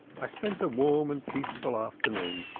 i spent a warm and peaceful afternoon.